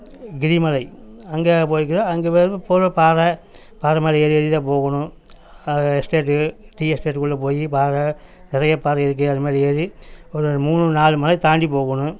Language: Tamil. கிரிமலை அங்கே போயிருக்குறோம் அங்கே வெறும் பூராவும் பாறை பாறை மேலே ஏறி ஏறி தான் போகணும் அது எஸ்டேட்டு டீ எஸ்டேட்டுக்குள்ளே போய் பாறை நிறைய பாறை இருக்குது அது மேலே ஏறி ஒரு மூணு நாலு மலையை தாண்டி போகணும்